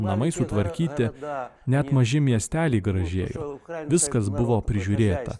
namai sutvarkyti net maži miesteliai gražėja viskas buvo prižiūrėta